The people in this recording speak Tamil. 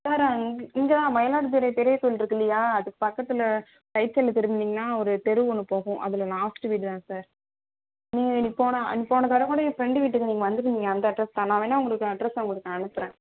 இங்கே தான் இங்கே தான் மயிலாடுதுறை பெரிய கோயில் இருக்குள்ளயா அதுக்கு பக்கத்தில் ஒயிட் கல் தெரியுதுங்களா ஒரு தெரு ஒன்று போகும் அதில் லாஸ்ட் வீடு தான் சார் நீங்கள் போனா போன தடவை கூட என் ஃப்ரண்ட் வீட்டுக்கு நீங்கள் வந்துருந்திங்க அந்த அட்ரஸ் தான் நான் வேணா உங்களுக்கு என் அட்ரஸ் உங்களுக்கு அனுப்புறேன்